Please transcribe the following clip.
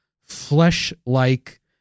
flesh-like